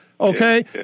Okay